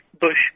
Bush